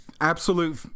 absolute